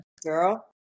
girl